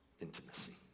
intimacy